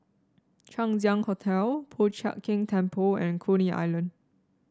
Chang Ziang Hotel Po Chiak Keng Temple and Coney Island